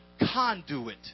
conduit